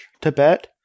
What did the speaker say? Tibet